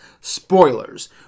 Spoilers